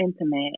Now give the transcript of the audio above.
intimate